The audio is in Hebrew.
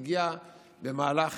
הגיע במהלך,